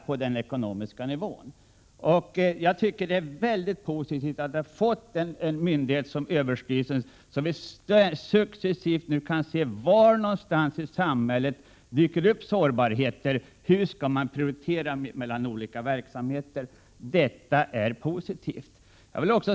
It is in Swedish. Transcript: På den ekonomiska nivån Det är mycket positivt att vi har fått en myndighet såsom Överstyrelsen som successivt kan se var i samhället det dyker upp sårbarheter och hur man skall prioritera mellan olika verksamheter. Detta är positivt.